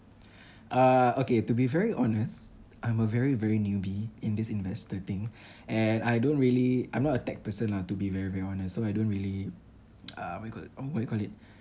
uh okay to be very honest I'm a very very newbie in this investor thing and I don't really I'm not a tech person lah to be very very honest so I don't really uh what you call that uh what you call it